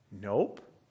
Nope